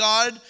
God